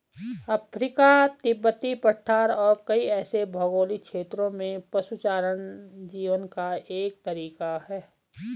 Africa, तिब्बती पठार और कई ऐसे भौगोलिक क्षेत्रों में पशुचारण जीवन का एक तरीका है